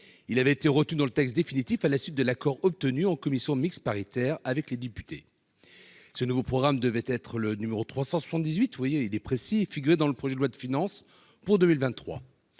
il avait été retenu dans le texte définitif à la suite de l'accord obtenu en commission mixte paritaire avec les députés, ce nouveau programme devait être le numéro 378 vous voyez, il est précis, figurer dans le projet de loi de finances pour 2023,